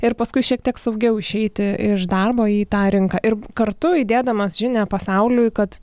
ir paskui šiek tiek saugiau išeiti iš darbo į tą rinką ir kartu įdėdamas žinią pasauliui kad